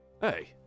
hey